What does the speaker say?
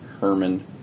Herman